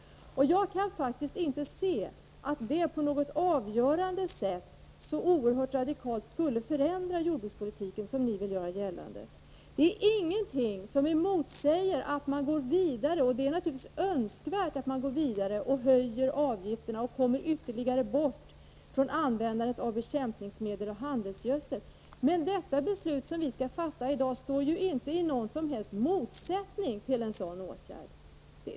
Jag kan faktiskt inte se att det på något avgörande sätt skulle förändra jordbrukspolitiken, som ni vill göra gällande. Det finns ingenting som motsäger att man går vidare och höjer avgifterna och kommer ytterligare bort från användandet av bekämpningsmedel och handelsgödsel. Det är naturligtvis också önskvärt. Men det beslut vi skall fatta i dag står inte i någon som helst motsättning till en sådan åtgärd.